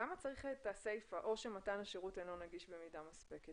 למה צריך את הסיפה "או שמתן השירות אינו נגיש במידה מספקת"?